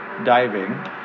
diving